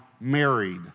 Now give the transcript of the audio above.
married